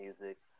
music